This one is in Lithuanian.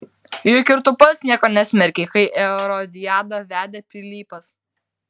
juk ir tu pats nieko nesmerkei kai erodiadą vedė pilypas